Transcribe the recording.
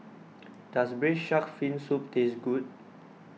does Braised Shark Fin Soup taste good